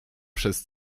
przez